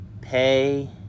pay